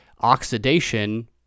oxidation